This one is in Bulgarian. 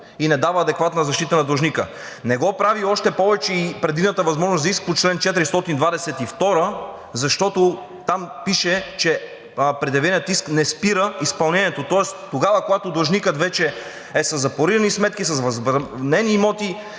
и не дава адекватна защита на длъжника. Не го прави още повече и предвидената възможност за иск по чл. 422, защото там пише, че предявеният иск не спира изпълнението. Тоест когато длъжникът вече е със запорирани сметки, с възбранени имоти,